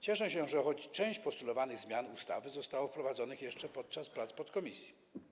Cieszę się, że choć część postulowanych zmian ustawy została wprowadzona jeszcze podczas prac podkomisji.